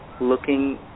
looking